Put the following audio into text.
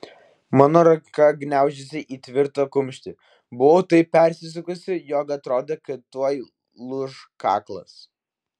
mano ranka gniaužėsi į tvirtą kumštį buvau taip persisukusi jog atrodė kad tuoj lūš kaklas